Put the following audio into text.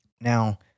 Now